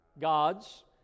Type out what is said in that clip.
God's